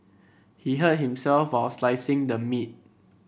he hurt himself while slicing the meat